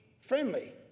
friendly